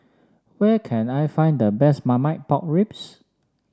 where can I find the best Marmite Pork Ribs